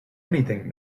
anything